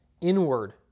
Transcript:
inward